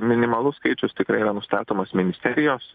minimalus skaičius tikrai yra nustatomos ministerijos